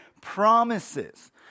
promises